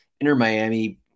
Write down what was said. Inter-Miami